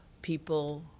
People